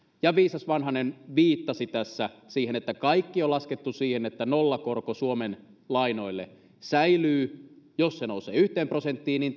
ja viisas vanhanen viittasi tässä siihen että kaikki on laskettu niin että nollakorko suomen lainoille säilyy jos se nousee yhteen prosenttiin niin